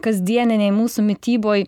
kasdieninėj mūsų mityboj